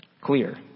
clear